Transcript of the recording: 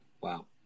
Wow